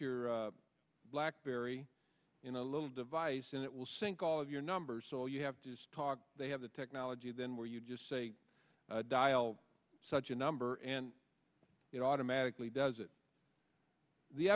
your blackberry in a little device and it will sink all of your numbers so you have to talk they have the technology then where you just say dial such a number and it automatically does it the